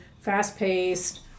fast-paced